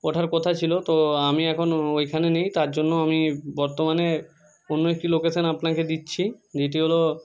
ওঠার কথা ছিলো তো আমি এখন ওইখানে তার জন্য আমি বর্তমানে অন্য একটি লোকেশান আপনাকে দিচ্ছি যেটি হলো